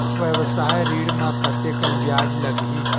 व्यवसाय ऋण म कतेकन ब्याज लगही?